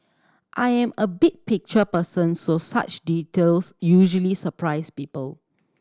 I am a big picture person so such details usually surprise people